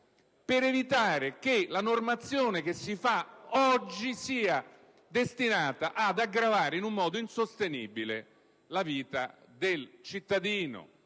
per evitare che la normazione che si fa oggi sia destinata ad aggravare in un modo insostenibile la vita del cittadino,